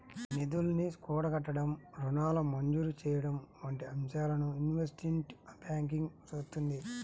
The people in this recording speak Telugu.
నిధుల్ని కూడగట్టడం, రుణాల మంజూరు చెయ్యడం వంటి అంశాలను ఇన్వెస్ట్మెంట్ బ్యాంకింగ్ చూత్తుంది